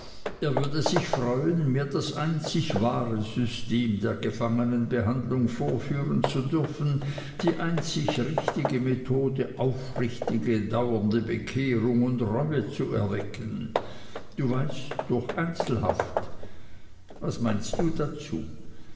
er würde sich freuen mir das einzig wahre system der gefangenenbehandlung vorführen zu dürfen die einzig richtige methode aufrichtige dauernde bekehrung und reue zu erwecken du weißt durch einzelhaft was meinst du dazu